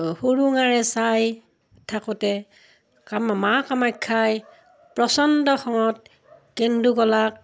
সৰুঙাৰে চাই থাকোঁতে কামা মা কামাখ্যাই প্ৰচণ্ড খঙত কেন্দুকলাক